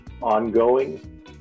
ongoing